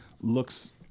looks